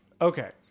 Okay